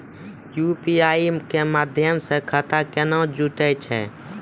UPI के माध्यम से खाता केना जुटैय छै?